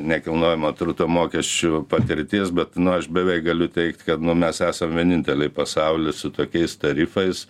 nekilnojamo turto mokesčių patirties bet aš beveik galiu teigt kad nu mes esam vieninteliai pasauly su tokiais tarifais